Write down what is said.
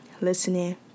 listening